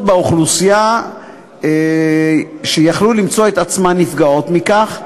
באוכלוסייה יכלו למצוא את עצמן נפגעות מכך,